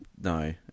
no